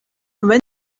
when